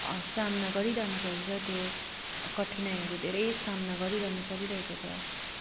सामना गरिरहनु भएको छ त्यो कठिनाईहरू धेरै सामना गरिरहनु परिरहेको छ